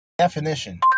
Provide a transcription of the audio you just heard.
Definition